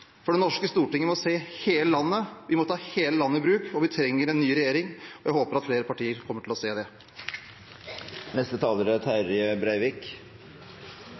for Det norske storting må se hele landet, vi må ta hele landet i bruk. Vi trenger en ny regjering, og jeg håper at flere partier kommer til å se det. Med 15 friske oljemilliardar i potten er